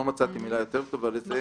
stakeholders.